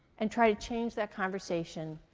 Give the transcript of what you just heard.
and try to change that conversation?